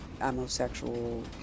homosexual